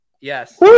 Yes